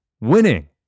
winning